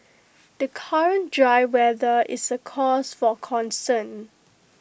the current dry weather is A cause for concern